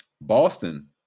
Boston